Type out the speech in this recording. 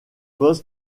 post